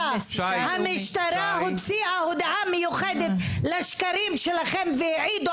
המשטרה הוציאה הודעה מיוחדת לשקרים שלכם והעידו